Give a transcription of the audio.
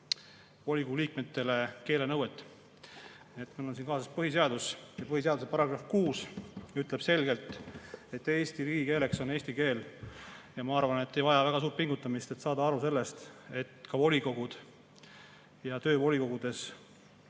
volikogu liikmetele keelenõuet. Mul on siin kaasas põhiseadus ja põhiseaduse § 6 ütleb selgelt, et Eesti riigikeel on eesti keel. Ma arvan, et ei ole vaja väga suurt pingutamist, et saada aru sellest, et ka töö volikogudes